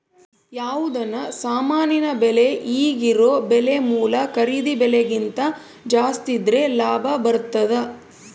ಯಾವುದನ ಸಾಮಾನಿನ ಬೆಲೆ ಈಗಿರೊ ಬೆಲೆ ಮೂಲ ಖರೀದಿ ಬೆಲೆಕಿಂತ ಜಾಸ್ತಿದ್ರೆ ಲಾಭ ಬರ್ತತತೆ